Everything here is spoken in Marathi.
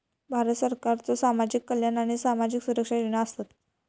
भारत सरकारच्यो सामाजिक कल्याण आणि सामाजिक सुरक्षा योजना आसत